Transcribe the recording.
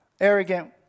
arrogant